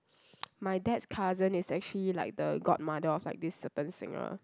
my dad's cousin is actually like the godmother of like this certain singer